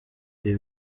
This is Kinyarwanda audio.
ibi